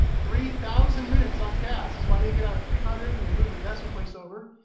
three thousand minutes on tasks. so i make it out at three hundred and then move the decimal place over.